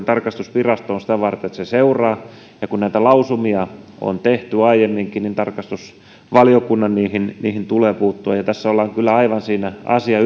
tarkastusvirasto on sitä varten että se seuraa kun näitä lausumia on tehty aiemminkin niin tarkastusvaliokunnan niihin niihin tulee puuttua ja tässä ollaan kyllä aivan siinä asian